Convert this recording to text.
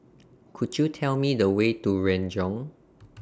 Could YOU Tell Me The Way to Renjong